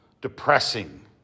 depressing